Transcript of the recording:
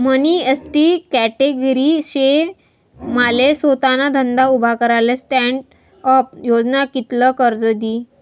मनी ST category शे माले सोताना धंदा उभा कराले स्टॅण्डअप योजना कित्ल कर्ज दी?